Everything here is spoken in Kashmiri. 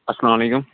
اَسلامُ علیکُم